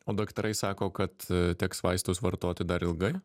o daktarai sako kad teks vaistus vartoti dar ilgai